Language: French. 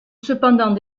cependant